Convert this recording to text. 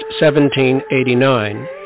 1789